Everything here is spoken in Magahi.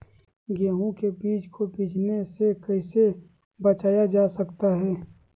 गेंहू के बीज को बिझने से कैसे बचाया जा सकता है?